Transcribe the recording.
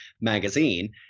magazine